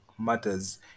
matters